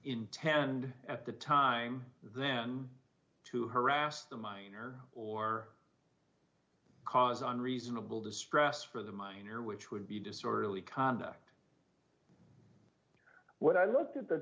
intend at the time then to harass the minor or cause on reasonable distress for the minor which would be disorderly conduct what i looked at th